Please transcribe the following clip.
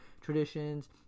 traditions